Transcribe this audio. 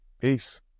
peace